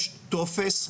יש טופס.